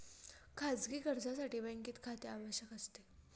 खाजगी कर्जासाठी बँकेत खाते आवश्यक असते